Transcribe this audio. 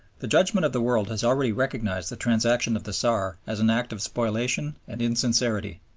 the judgment of the world has already recognized the transaction of the saar as an act of spoliation and insincerity.